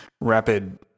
rapid